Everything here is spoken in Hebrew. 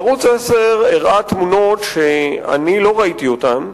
ערוץ-10 הראה תמונות שאני לא ראיתי אותן,